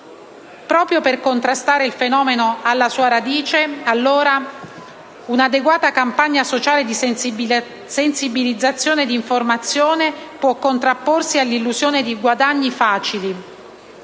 Proprio per contrastare il fenomeno alla sua radice, un'adeguata campagna sociale di sensibilizzazione ed informazione può contrapporsi all'illusione di guadagni facili.